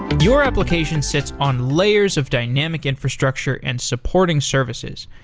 your application sits on layers of dynamic infrastructure and supporting services.